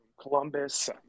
Columbus